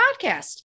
podcast